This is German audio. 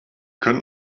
könnt